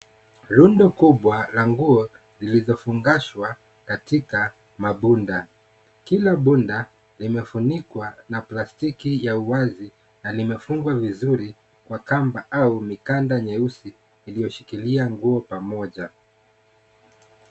Rundo kubwa la nguo lililofungashwa katika mabunda, kila bunda limefunikwa na plastiki ya uwazi na limefungwa vizuri kwa kamba au mikanda nyeusi iliyoshikilia nguo pamoja.